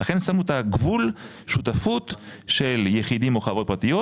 ולכן שמנו את הגבול שותפות של יחידים או חברות פרטיות,